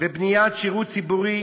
ובניית שירות ציבורי